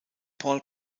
paul